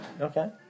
okay